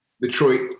Detroit